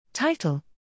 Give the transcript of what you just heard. Title